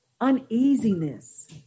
uneasiness